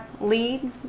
lead